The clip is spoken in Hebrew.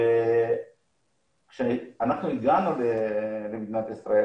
כשאנחנו הגענו למדינת ישראל,